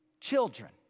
children